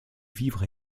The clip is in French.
vivres